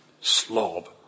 slob